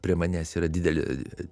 prie manęs yra didelė